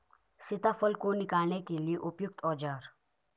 सीताफल को निकालने के लिए उपयुक्त औज़ार?